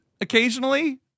occasionally